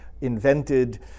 invented